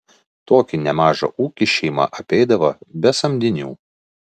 tokį nemažą ūkį šeima apeidavo be samdinių